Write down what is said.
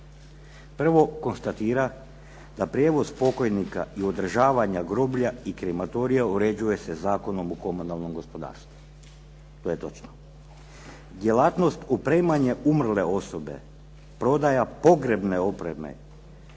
Prvo konstatira da prijevoz pokojnika i održavanja groblja i krematorija uređuje se Zakonom o komunalnom gospodarstvu. To je točno. Djelatnost opremanje umrle osobe, prodaja pogrebne opreme,